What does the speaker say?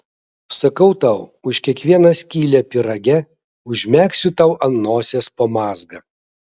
sakau tau už kiekvieną skylę pyrage užmegsiu tau ant nosies po mazgą